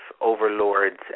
overlords